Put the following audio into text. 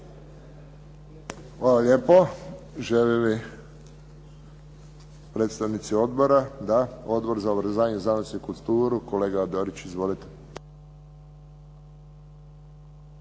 Hvala lijepo. Žele li predstavnici odbora? Da. Odbor za obrazovanje, znanost i kulturu. Kolega Dorić izvolite.